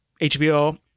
HBO